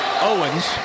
Owens